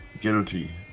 guilty